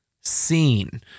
seen